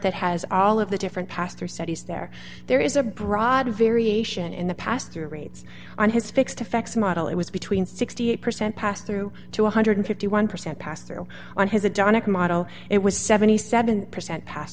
that has all of the different pastor studies there there is a broad variation in the past through rates on his fixed effects model it was between sixty eight percent pass through to one hundred and fifty one percent passed through on his adamic model it was seventy seven percent pass